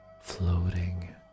Floating